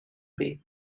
bay